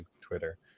Twitter